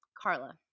Carla